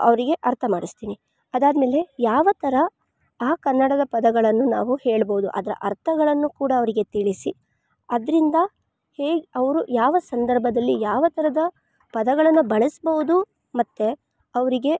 ಅವರಿಗೆ ಅರ್ಥ ಮಾಡಿಸ್ತಿನಿ ಅದಾದಮೇಲೆ ಯಾವ ಥರ ಆ ಕನ್ನಡದ ಪದಗಳನ್ನು ನಾವು ಹೇಳ್ಬೌದು ಅದರ ಅರ್ಥಗಳನ್ನು ಕೂಡ ಅವರಿಗೆ ತಿಳಿಸಿ ಅದರಿಂದ ಹೇಗೆ ಅವರು ಯಾವ ಸಂದರ್ಭದಲ್ಲಿ ಯಾವ ಥರದ ಪದಗಳನ್ನು ಬಳಸ್ಬೌದು ಮತ್ತು ಅವರಿಗೆ